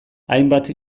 hainbat